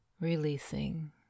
releasing